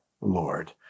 Lord